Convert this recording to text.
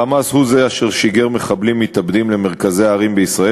ה"חמאס" הוא אשר שיגר למרכזי ערים בישראל